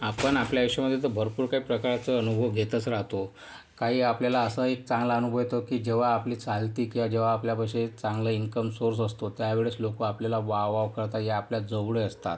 आपण आपल्या आयुष्यामध्ये तर भरपूर काही प्रकारचं अनुभव घेतच राहतो काही आपल्याला असाही चांगला अनुभव येतो की जेव्हा आपली चालती किंवा जेव्हा आपल्यापाशी चांगला इन्कम सोर्स असतो त्या वेळेस लोक आपल्याला वावा करतात या आपल्या जवळ असतात